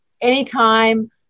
anytime